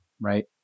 right